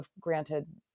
granted